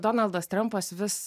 donaldas trampas vis